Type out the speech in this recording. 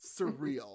surreal